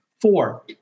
Four